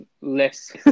less